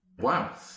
Wow